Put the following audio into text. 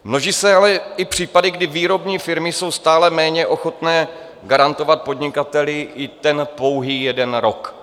Množí se ale i případy, kdy výrobní firmy jsou stále méně ochotny garantovat podnikateli i ten pouhý jeden rok.